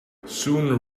soon